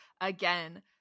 again